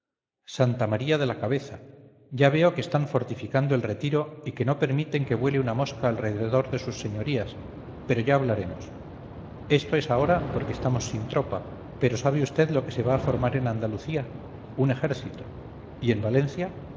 santa maría de la cabeza ya veo que están fortificando el retiro y que no permiten que vuele una mosca alrededor de sus señorías pero ya hablaremos esto es ahora porque estamos sin tropa pero sabe vd lo que se va a formar en andalucía un ejército y en valencia